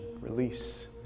release